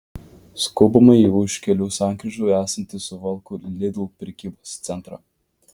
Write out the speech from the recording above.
skubame į už kelių sankryžų esantį suvalkų lidl prekybos centrą